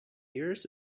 years